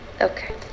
Okay